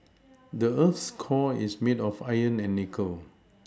the earth's core is made of iron and nickel